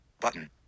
button